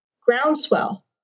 groundswell